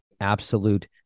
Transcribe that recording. absolute